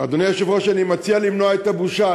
אדוני היושב-ראש, אני מציע למנוע את הבושה.